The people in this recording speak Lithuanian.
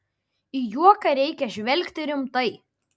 į juoką reikia žvelgti rimtai